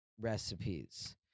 recipes